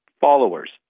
followers